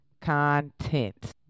content